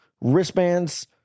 wristbands